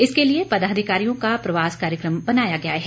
इसके लिए पदाधिकारियों का प्रवास कार्यक्रम बनाया गया है